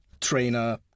trainer